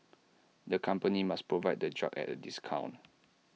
the company must provide the drug at A discount